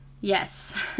Yes